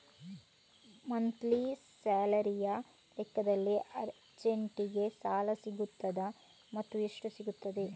Monthly ಸ್ಯಾಲರಿಯ ಲೆಕ್ಕದಲ್ಲಿ ಅರ್ಜೆಂಟಿಗೆ ಸಾಲ ಸಿಗುತ್ತದಾ ಮತ್ತುಎಷ್ಟು ಸಿಗುತ್ತದೆ?